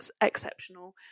exceptional